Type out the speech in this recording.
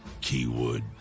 keywood